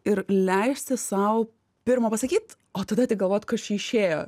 ir leisti sau pirma pasakyt o tada tik galvot kas čia išėjo